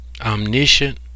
omniscient